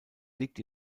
liegt